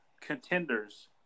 contenders